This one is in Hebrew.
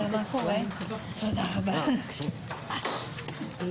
זה כבר לדעתי דיון רביעי או חמישי שאנחנו עושים